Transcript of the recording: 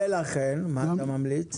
ולכן, מה אתה ממליץ?